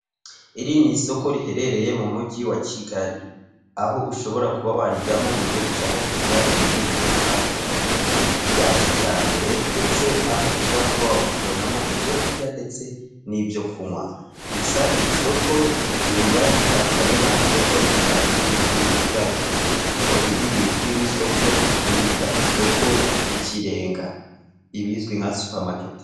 Iri ni isoko riherereye mu mujyi wa Kigali aho ushobora kuba warijyamo mu gihe ushaka kugura ibintu bigiye bitandukanye bya kijyambere ndetse aho ushobora no kuba wabonamo ibyokurya ndetse n'ibyokunywa. Gusa iri soko riba ritandukanye n'amasoko dusanzwe tuzi mu Gihugu cyacu kuko iri rizwi nk'isoko bita isoko ry'ikirenga ibizwi nka supamaketi.